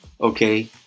okay